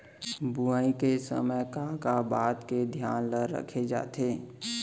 बुआई के समय का का बात के धियान ल रखे जाथे?